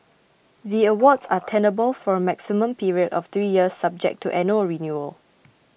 the awards are tenable for a maximum period of three years subject to annual renewal